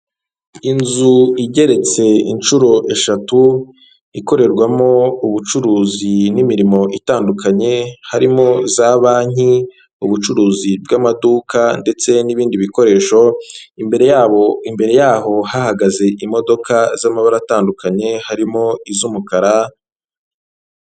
Inzu igeretse inshuro eshatu ikorerwamo ubucuruzi n'imirimo itandukanye, harimo za banki, ubucuruzi bw'amaduka ndetse n'ibindi bikoresho imbere yabo imbere yaho hahagaze imodoka z'amabara atandukanye harimo iz'umukara.